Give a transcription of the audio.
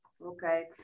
Okay